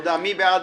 מי בעד?